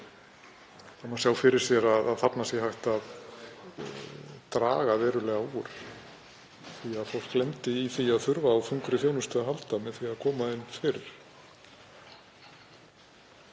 Það má sjá fyrir sér að þarna sé hægt að draga verulega úr því að fólk lendi í því að þurfa á þungri þjónustu að halda með því að koma inn fyrr.